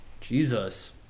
Jesus